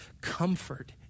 comfort